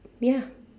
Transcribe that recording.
ya